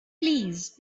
please